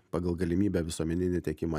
pagal galimybę visuomeninį tiekimą